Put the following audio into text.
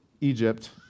Egypt